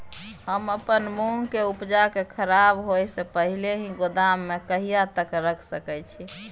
हम अपन मूंग के उपजा के खराब होय से पहिले ही गोदाम में कहिया तक रख सके छी?